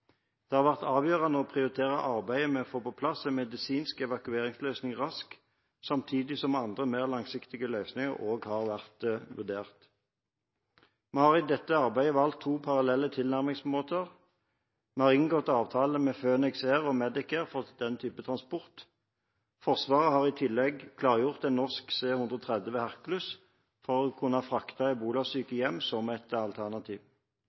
Det har vært avgjørende å prioritere arbeidet med å få på plass en medisinsk evakueringsløsning raskt, samtidig som andre mer langsiktige løsninger også har vært vurdert. Vi har i dette arbeidet valgt to parallelle tilnærmingsmåter: Vi har inngått avtaler med Phoenix Air og Medic Air for den type transport. Forsvaret har i tillegg klargjort en norsk C-130 Herkules for å kunne frakte ebolasyke hjem som et alternativ.